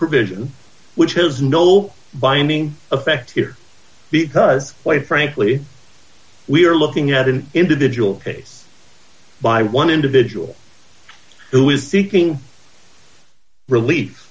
provision which has no binding effect here because quite frankly we are looking at an individual case by one individual who is seeking relief